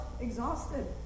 exhausted